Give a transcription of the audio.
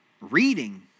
reading